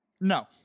no